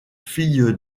fille